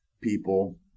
people